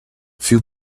few